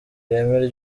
ireme